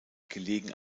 gelegen